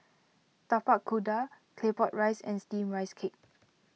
Tapak Kuda Claypot Rice and Steamed Rice Cake